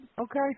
Okay